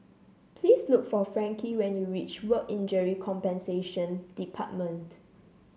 please look for Frankie when you reach Work Injury Compensation Department